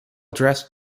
dressed